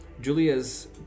Julia's